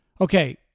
Okay